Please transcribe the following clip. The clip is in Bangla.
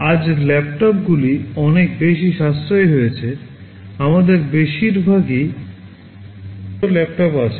আজ ল্যাপটপগুলি অনেক বেশি সাশ্রয়ী হয়েছে আমাদের বেশিরভাগই ব্যক্তিগত ল্যাপটপ আছে